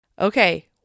Okay